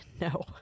No